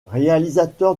réalisateur